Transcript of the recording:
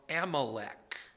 Amalek